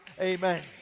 Amen